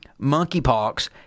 Monkeypox